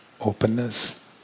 openness